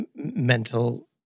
mental